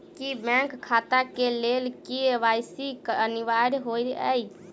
की bank खाता केँ लेल के.वाई.सी अनिवार्य होइ हएत?